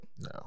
No